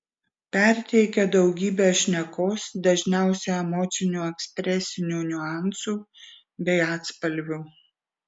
perteikia daugybę šnekos dažniausiai emocinių ekspresinių niuansų bei atspalvių